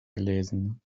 gelesen